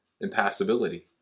impassibility